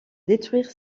détruire